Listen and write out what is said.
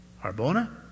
Harbona